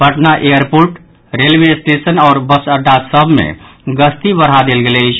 Patna airport railway station आओर bus अड्डा सभ मे गश्ती बढ़ा देल गेल अछि